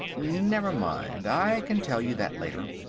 never mind, i can tell you that later.